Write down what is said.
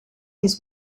his